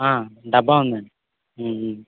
ఆ డబ్బా ఉందండి